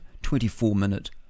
24-minute